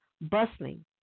bustling